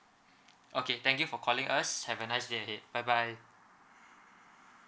okay thank you for calling us have a nice day ahead bye bye